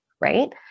right